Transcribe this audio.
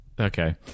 Okay